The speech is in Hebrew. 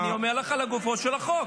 אני אומר לך לגופו של החוק,